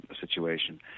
situation